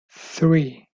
three